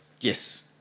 Yes